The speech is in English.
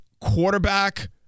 quarterback